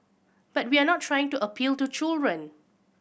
but we're not trying to appeal to children